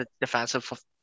defensive